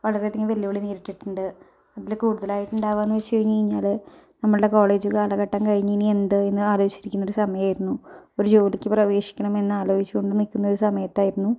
വളരെ അധികം വെല്ലുവിളി നേരിട്ടിട്ടുണ്ട് അതിൽ കൂടുതലായിട്ടുണ്ടാവുകാന്ന് വച്ച് കഴിഞ്ഞ് കഴിഞ്ഞാൽ നമ്മുടെ കോളേജ് കാലഘട്ടം കഴിഞ്ഞ് ഇനി എന്ത്ന്ന് ആലോചിച്ചിരിക്കുന്നൊരു സമയമായിരുന്നു ഒരു ജോലിക്ക് പ്രവേശിക്കണമെന്നാലോചിച്ചു കൊണ്ട് നിൽക്കുന്നൊരു സമയത്തായിരുന്നു